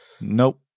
Nope